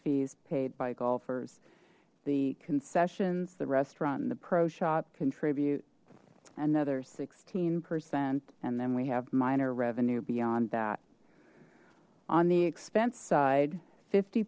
fees paid by golfers the concessions the restaurant in the pro shop contribute another sixteen percent and then we have minor revenue beyond that on the expense side fifty